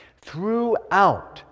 Throughout